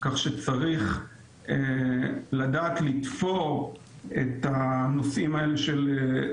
צריך לדעת לתפור את הנושאים הללו בכל מכרז